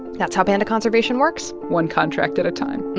that's how panda conservation works one contract at a time